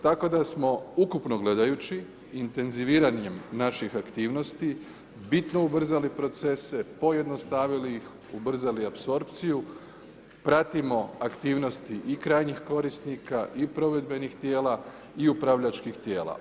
Tako da smo ukupno gledajući intenziviranjem naših aktivnosti bitno ubrzali procese, pojednostavili ih, ubrzali apsorpciju, pratimo aktivnosti i krajnjih korisnika i provedbenih tijela i upravljačkih tijela.